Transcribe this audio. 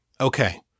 Okay